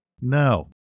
No